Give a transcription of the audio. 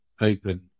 open